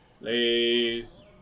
please